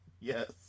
Yes